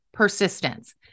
Persistence